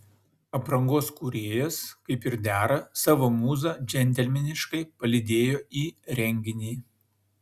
aprangos kūrėjas kaip ir dera savo mūzą džentelmeniškai palydėjo į renginį